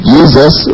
Jesus